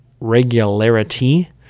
regularity